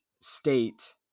state